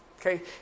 Okay